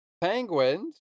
penguins